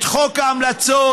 את חוק ההמלצות,